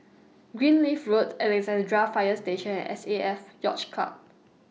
Greenleaf Road Alexandra Fire Station and S A F Yacht Club